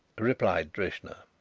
replied drishna.